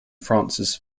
francis